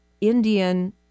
Indian